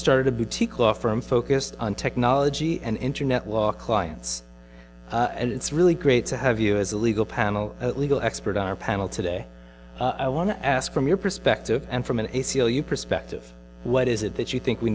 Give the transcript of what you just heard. started a boutique law firm focused on technology and internet law clients and it's really great to have you as a legal panel legal expert on our panel today i want to ask from your perspective and from an a c l u perspective what is it that you think we